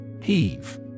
Heave